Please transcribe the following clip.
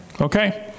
Okay